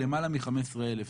למעלה מ-15,000.